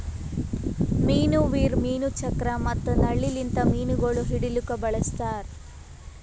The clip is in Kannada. ಮೀನು ವೀರ್, ಮೀನು ಚಕ್ರ ಮತ್ತ ನಳ್ಳಿ ಲಿಂತ್ ಮೀನುಗೊಳ್ ಹಿಡಿಲುಕ್ ಬಳಸ್ತಾರ್